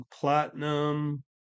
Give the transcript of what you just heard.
platinum